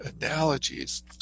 analogies